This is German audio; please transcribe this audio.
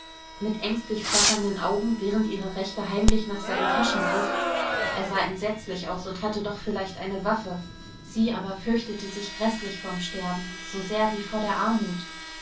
mit ängstlich flackernden augen während ihre rechte heimlich nach seinen taschen griff er sah entsetzlich aus und hatte doch vielleicht eine waffe sie aber fürchtete sich gräßlich vorm sterben so sehr wie vor der armut